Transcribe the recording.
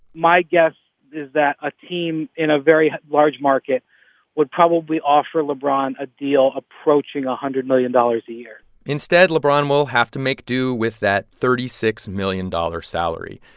my guess is that a team in a very large market would probably offer lebron a deal approaching one hundred million dollars a year instead, lebron will have to make do with that thirty six million dollars salary.